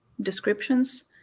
descriptions